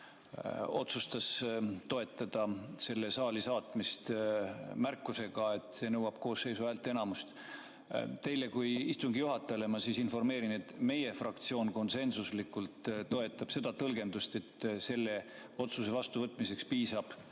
otsustas toetada selle eelnõu saali saatmist märkusega, et see nõuab koosseisu häälteenamust. Teid kui istungi juhatajat ma informeerin, et meie fraktsioon konsensuslikult toetab seda tõlgendust, et selle otsuse vastuvõtmiseks piisab